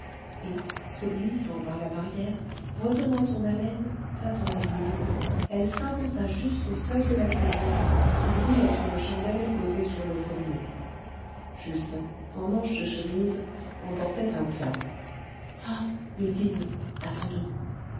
et se glissant par la barrière retenant son haleine tâtant les murs elle s'avança jusqu'au seuil de la cuisine où brûlait une chandelle posée sur le fourneau justin en manches de chemise emportait un plat ah ils dînent attendons